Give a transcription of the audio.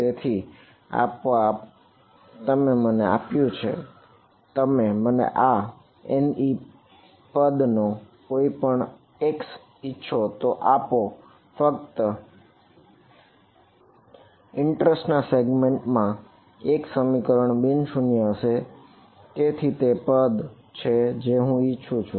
તેથી તે આપોઆપ તમે મને આપ્યું છે તમે મને આ Ne પદ નો કોઈ પણ x ઈચ્છો તે આપો ફક્ત ઇન્ટરેસ્ટ માં એક સમીકરણ બિન શૂન્ય હશે અને તે એ પદ છે જે હું ઈચ્છુ છું